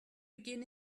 begin